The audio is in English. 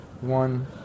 one